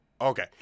okay